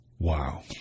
Wow